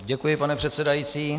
Děkuji, pane předsedající.